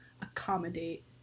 accommodate